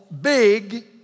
big